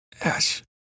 Ash